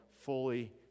fully